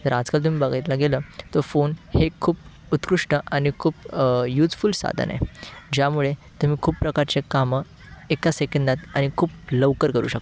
तर आजकाल तुम्ही बघितलं गेलं तर फोन हे खूप उत्कृष्ट आणि खूप युजफूल साधन आहे ज्यामुळे तुम्ही खूप प्रकारचे कामं एका सेकंदात आणि खूप लवकर करू शकता